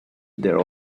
there